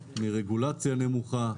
מרגולציה נמוכה,